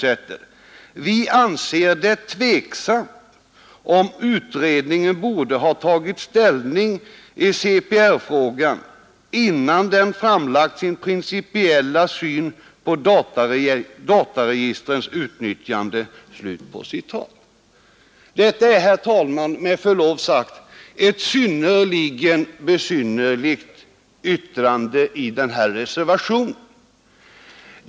Vi anser det tveksamt om utredningen borde ha tagit ställning i CPR-frågan innan den framlagt sin principiella syn på dataregistrens utnyttjande.” Detta är, herr talman, med förlov sagt ett mycket besynnerligt uttalande i denna reservation.